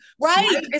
right